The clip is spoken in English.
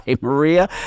Maria